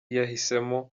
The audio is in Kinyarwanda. yahisemo